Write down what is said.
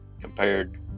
compared